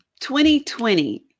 2020